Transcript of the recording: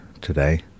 today